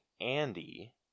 Andy